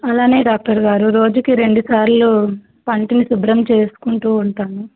అలాగే డాక్టర్ గారు రోజుకి రెండుసార్లు పంటిని శుభ్రం చేసుకుంటూ ఉంటాను